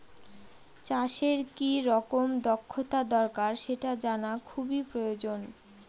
চাষের কি রকম দক্ষতা দরকার সেটা জানা খুবই প্রয়োজন